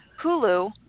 Hulu